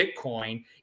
Bitcoin